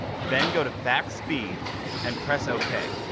then go to fax speed and press ok.